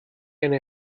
eine